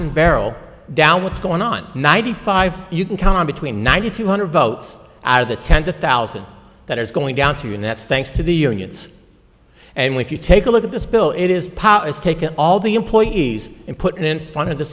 and barrel down what's going on ninety five you can count on between ninety two hundred votes out of the ten to thousand that is going down too and that's thanks to the unions and if you take a look at this bill it is power is taken all the employees and put in front of the